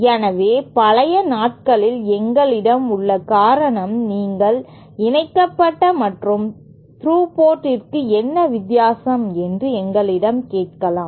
எனவே பழைய நாட்களில் எங்களிடம் உள்ள காரணம் நீங்கள் இணைக்கப்பட்ட மற்றும் த்ரூ போர்ட்க்கும் என்ன வித்தியாசம் என்று என்னிடம் கேட்கலாம்